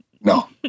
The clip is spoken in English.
No